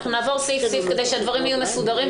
נעבור סעיף-סעיף כדי שהדברים יהיו מסודרים,